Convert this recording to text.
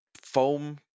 foam